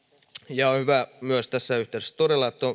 on hyvä myös tässä yhteydessä